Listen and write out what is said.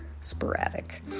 sporadic